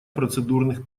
процедурных